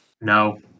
no